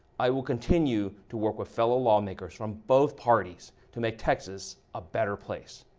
i will continue to work with fellow lawmakers from both parties to make texas a better place.